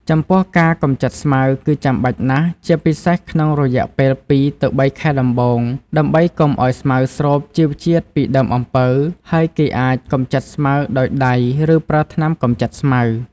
ចំពោះការកម្ចាត់ស្មៅគឺចាំបាច់ណាស់ ជាពិសេសក្នុងរយៈពេល ២ ទៅ ៣ ខែដំបូង ដើម្បីកុំឱ្យស្មៅស្រូបជីវជាតិពីដើមអំពៅ ហើយគេអាចកម្ចាត់ស្មៅដោយដៃ ឬប្រើថ្នាំកម្ចាត់ស្មៅ។